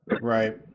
Right